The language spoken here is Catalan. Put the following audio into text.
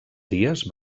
dies